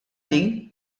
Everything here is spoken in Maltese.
din